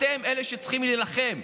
אתם אלה שצריכים להילחם,